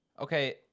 Okay